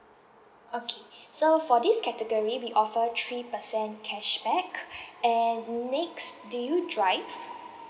okay so for this category we offer three percent cashback and next do you drive